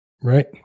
Right